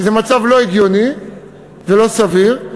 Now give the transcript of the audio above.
וזה מצב לא הגיוני ולא סביר.